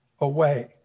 away